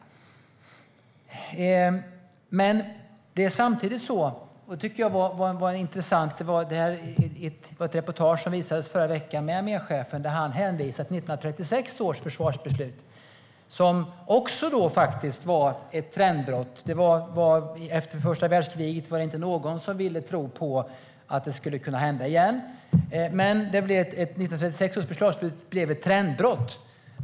Jag såg ett intressant reportage i förra veckan där arméchefen hänvisade till 1936 års försvarsbeslut, som också var ett trendbrott. Efter första världskriget var det inte någon som ville tro på att det skulle kunna hända igen, men 1936 års försvarsbeslut blev alltså ett trendbrott.